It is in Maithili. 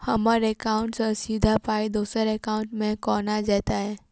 हम्मर एकाउन्ट सँ सीधा पाई दोसर एकाउंट मे केना जेतय?